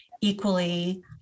equally